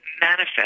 manifest